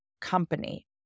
company